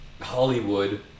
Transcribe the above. Hollywood